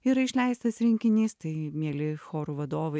yra išleistas rinkinys tai mieli chorų vadovai